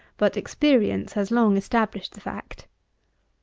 but experience has long established the fact.